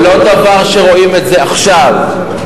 20% דירות קטנות בהיקף של עד 85 מ"ר